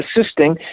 assisting